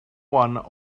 one